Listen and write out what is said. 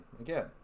again